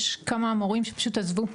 יש כמה מורים שפשוט עזבו,